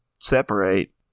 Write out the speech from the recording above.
separate